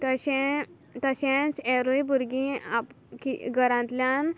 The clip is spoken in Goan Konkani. तशें तशेंच एरूय भुरगीं आप की घरांतल्यान